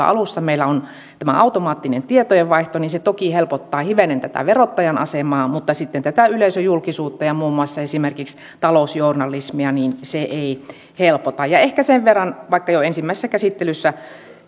alussa meillä on tämä automaattinen tietojenvaihto niin se toki helpottaa hivenen verottajan asemaa mutta sitten yleisöjulkisuutta ja muun muassa esimerkiksi talousjournalismia se ei helpota ja ehkä sen verran vaikka jo ensimmäisessä käsittelyssä